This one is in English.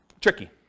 tricky